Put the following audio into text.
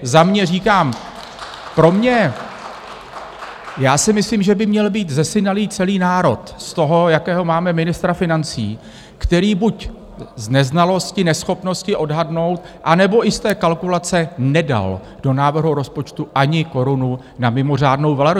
Za mě říkám, já si myslím, že by měl být zesinalý celý národ z toho, jakého máme ministra financí, který buď z neznalosti, neschopnosti odhadnout, anebo i z té kalkulace nedal do návrhu rozpočtu ani korunu na mimořádnou valorizaci.